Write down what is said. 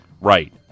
Right